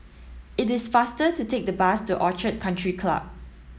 it is faster to take the bus to Orchid Country Club